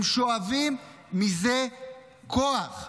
הם שואבים מזה כוח.